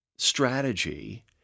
strategy